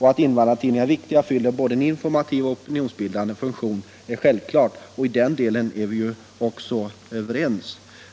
Att invandrartidningarna är viktiga och fyller en både informativ och opinionsbildande funktion är självklart, och i den delen är vi också överens.